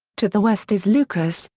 to the west is lucas,